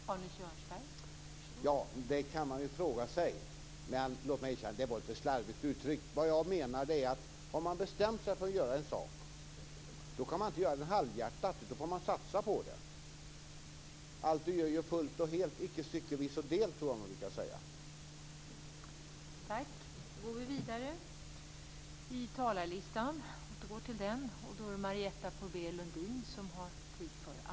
Fru talman! Den frågan kan man ställa sig. Låt mig erkänna att jag uttryckte mig lite slarvigt. Vad jag menar är att om man har bestämt sig för att göra en sak kan man inte göra det halvhjärtat utan då får man satsa på det. Allt du gör, gör fullt och helt, icke styckevis och delt, tror jag man brukar säga.